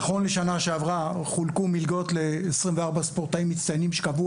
נכון לשנה שעברה חולקו מלגות ל-24 ספורטאים מצטיינים שקבעו